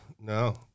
No